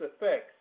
effects